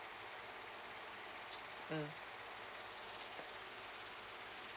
mm